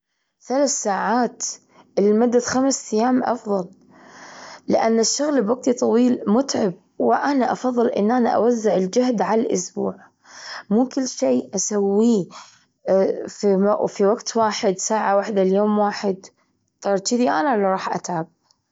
ثلاث ساعات اللي لمدة خمس أيام أفضل، لأن الشغل بوقت طويل متعب، وأنا أفضل إني أنا أوزع الجهد على الأسبوع، مو كل شي أسويه في م- في وقت واحد ساعة واحدة ليوم واحد صار شذي أنا إللي راح أتعب.